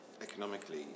economically